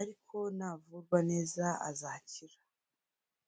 ariko navurwa neza azakira.